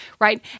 right